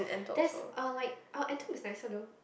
there's uh like Antwerp is nicer though